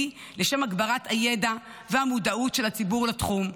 לשם הגברת הידע והמודעות של הציבור לתחום,